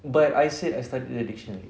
but I said I started the dictionary